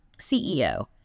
CEO